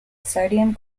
sodium